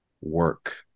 work